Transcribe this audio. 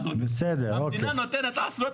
המדינה נותנת עשרות,